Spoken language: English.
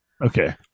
Okay